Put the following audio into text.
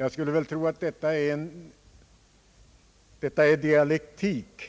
Jag skulle väl tro att detta är en dialektik,